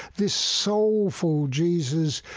this soulful jesus,